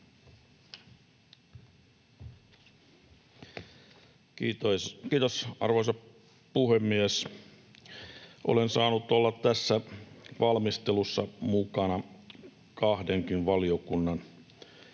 Kiitos, arvoisa puhemies! Olen saanut olla tässä valmistelussa mukana kahdenkin valiokunnan osalta